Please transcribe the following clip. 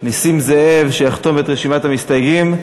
נסים זאב, שיחתום את רשימת המסתייגים,